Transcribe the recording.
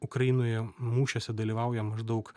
ukrainoje mūšiuose dalyvauja maždaug